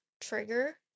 trigger